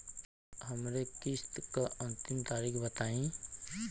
हमरे किस्त क अंतिम तारीख बताईं?